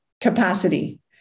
capacity